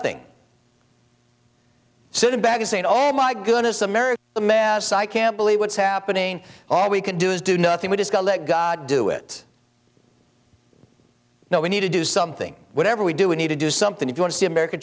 thing sitting back and saying oh my goodness america a mess i can't believe what's happening all we can do is do nothing we just gotta let god do it now we need to do something whatever we do we need to do something if you want to see america